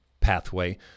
pathway